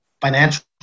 financial